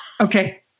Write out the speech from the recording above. Okay